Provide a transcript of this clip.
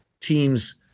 teams